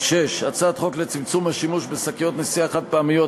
6. הצעת חוק לצמצום השימוש בשקיות נשיאה חד-פעמיות,